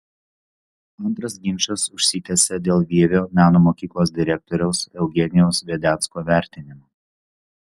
antras ginčas užsitęsė dėl vievio meno mokyklos direktoriaus eugenijaus vedecko vertinimo